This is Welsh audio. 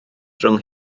rhwng